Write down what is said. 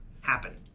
happen